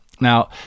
Now